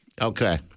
Okay